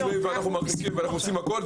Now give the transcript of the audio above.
אנחנו עושים הכל.